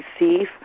receive